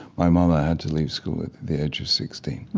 my mother had to leave school at the age of sixteen.